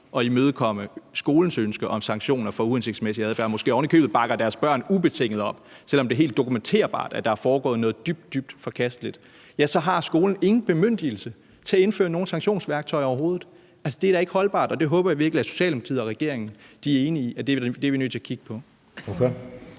at imødekomme skolens ønske om sanktioner over for uhensigtsmæssig adfærd og måske endda bakker deres børn ubetinget op, selv om det er helt dokumenterbart, at der er foregået noget dybt, dybt forkasteligt, så har skolen ingen bemyndigelse til at indføre nogen sanktionsværktøjer overhovedet. Det er da ikke holdbart, og jeg håber virkelig, at Socialdemokratiet og regeringen er enige i, at det er vi nødt til at kigge på. Kl.